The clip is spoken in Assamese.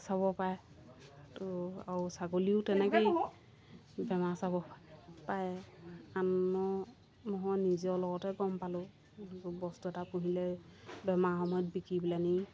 চাব পাৰে তো আৰু ছাগলীও তেনেকৈয়ে বেমাৰ চাব পাৰে আন নহয় নিজৰ লগতে গম পালোঁ বস্তু এটা পুহিলে বেমাৰৰ সময়ত বিকি পেলাইনি